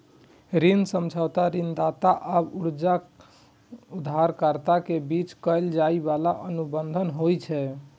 ऋण समझौता ऋणदाता आ उधारकर्ता के बीच कैल जाइ बला अनुबंध होइ छै